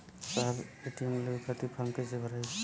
साहब ए.टी.एम लेवे खतीं फॉर्म कइसे भराई?